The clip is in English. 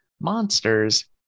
monsters